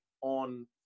on